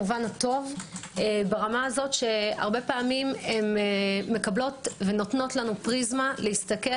שהרבה פעמים הן נותנות לנו פריזמה להסתכל